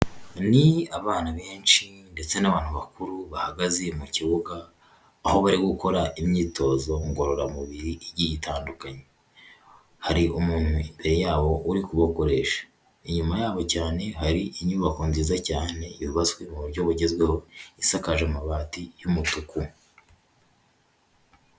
Ni abana benshi ndetse n'abantu bakuru bahagaze mu kibuga, aho bari gukora imyitozo ngororamubiri igiye itandukanye, hari umuntu imbere yabo uri kubakoresha, inyuma yabo cyane hari inyubako nziza cyane yubatswe mu buryo bugezweho, isakaje amabati y'umutuku.